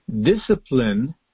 discipline